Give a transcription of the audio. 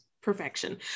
perfection